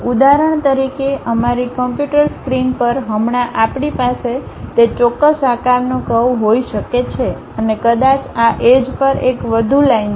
ઉદાહરણ તરીકે અમારી કમ્પ્યુટર સ્ક્રીન પર હમણાં આપણી પાસે તે ચોક્કસ આકારનો કર્વ્સ હોઈ શકે છે અને કદાચ આ એજ પર એક વધુ લાઈન છે